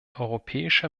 europäischer